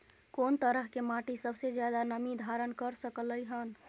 कोन तरह के माटी सबसे ज्यादा नमी धारण कर सकलय हन?